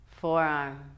forearm